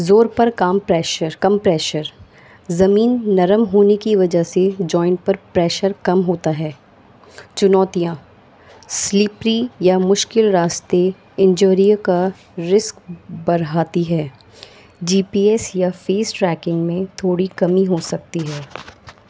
زور پر کام پریشر کم پریشر زمین نرم ہونے کی وجہ سے جوائنٹ پر پریشر کم ہوتا ہے چنوتیاں سلیپری یا مشکل راستے انجری کا رسک بڑھاتی ہے جی پی ایس یا فیس ٹریکنگ میں تھوڑی کمی ہو سکتی ہے